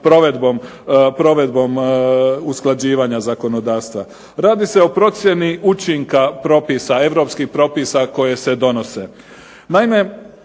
provedbom usklađivanja zakonodavstva. Radi se o procjeni učinka propisa, europskih propisa koje se donose.